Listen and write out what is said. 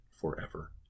forever